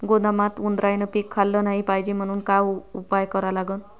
गोदामात उंदरायनं पीक खाल्लं नाही पायजे म्हनून का उपाय करा लागन?